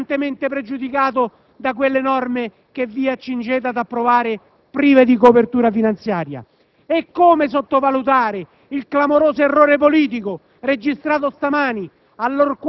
già pesantemente pregiudicato da quelle norme che vi accingete ad approvare, prive di copertura finanziaria. E come sottovalutare il clamoroso errore politico registrato stamani